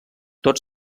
tot